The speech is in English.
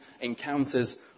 Encounters